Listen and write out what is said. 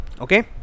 Okay